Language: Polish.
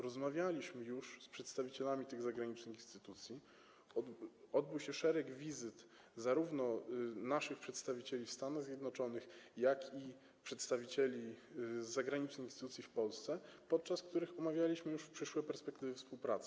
Rozmawialiśmy już z przedstawicielami tych zagranicznych instytucji, odbyło się szereg wizyt zarówno naszych przedstawicieli w Stanach Zjednoczonych, jak i przedstawicieli zagranicznych instytucji w Polsce, podczas których już omawialiśmy przyszłe perspektywy współpracy.